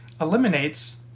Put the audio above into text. eliminates